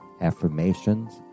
affirmations